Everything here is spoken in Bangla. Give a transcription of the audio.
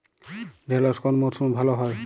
ঢেঁড়শ কোন মরশুমে ভালো হয়?